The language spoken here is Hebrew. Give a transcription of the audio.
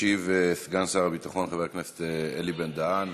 ישיב סגן שר הביטחון חבר הכנסת אלי בן-דהן.